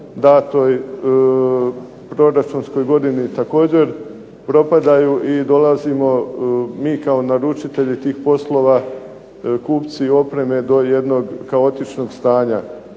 datoj proračunskoj godini također propadaju i dolazimo mi kao naručitelji tih poslova, kupci opreme do jednog kaotičnog stanja.